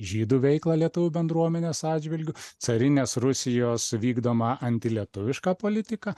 žydų veiklą lietuvių bendruomenės atžvilgiu carinės rusijos vykdomą antilietuvišką politiką